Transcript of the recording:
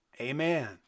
Amen